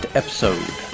episode